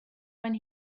when